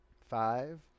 five